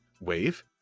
wave